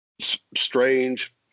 Strange